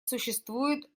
существует